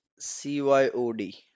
cyod